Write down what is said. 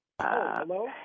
Hello